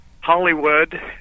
Hollywood